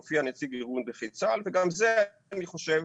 מופיע נציג ארגון נכי צה"ל וגם זה אני חושב,